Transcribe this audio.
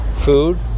food